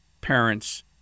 parents